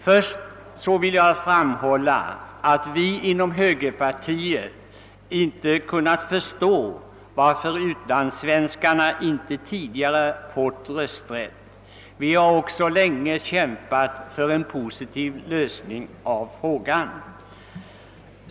Först vill jag framhålla att vi inom högerpartiet inte kunnat förstå varför utlandssvenskarna inte tidigare fått rösträtt. Vi har också länge kämpat för en positiv lösning av frågan.